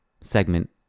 segment